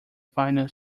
final